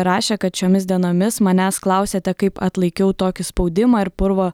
rašė kad šiomis dienomis manęs klausiate kaip atlaikiau tokį spaudimą ir purvo